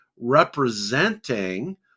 representing